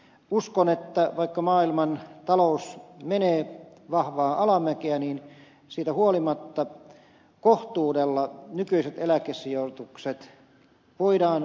uskon että vaikka maailmantalous menee vahvaa alamäkeä niin siitä huolimatta kohtuudella nykyiset eläkesijoitukset voidaan katsoa turvatuiksi